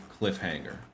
cliffhanger